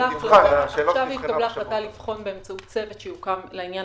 עכשיו התקבלה החלטה לבחון באמצעות צוות שיוקם לעניין